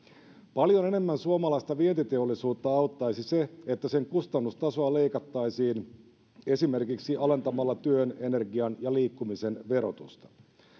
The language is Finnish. paljon enemmän suomalaista vientiteollisuutta auttaisi se että sen kustannustasoa leikattaisiin esimerkiksi alentamalla työn energian ja liikkumisen verotusta